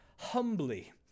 humbly